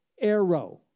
arrow